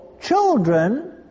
children